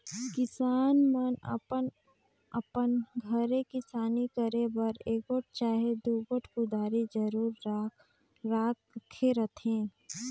किसान मन अपन अपन घरे किसानी करे बर एगोट चहे दुगोट कुदारी जरूर राखे रहथे